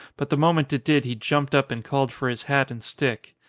but the moment it did he jumped up and called for his hat and stick.